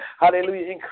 Hallelujah